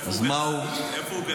אז מהו?